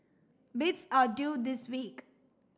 bids are due this week